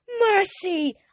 Mercy